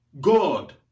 God